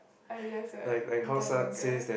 ah yes right